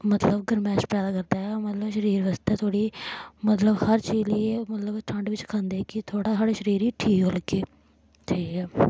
मतलब गर्मैश पैदा करदा ऐ मतलब शरीर बास्तै थोह्ड़ी मतलब हर चीज लेई मतलब ठंड बिच्च खंदे कि थोह्ड़ा साढ़े शरीर गी ठीक लग्गे ठीक ऐ